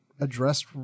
addressed